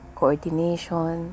Coordination